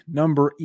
number